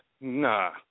Nah